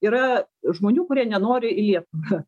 yra žmonių kurie nenori į lietuvą